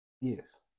Yes